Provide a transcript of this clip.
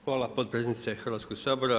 Hvala potpredsjednice Hrvatskog sabora.